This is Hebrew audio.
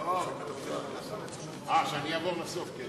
אה, שאני אעבור לסוף?